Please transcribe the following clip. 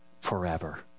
forever